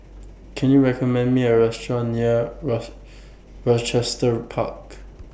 Can YOU recommend Me A Restaurant near rough Rochester Park